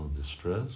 distress